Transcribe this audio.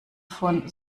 von